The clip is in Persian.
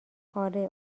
آره